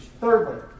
Thirdly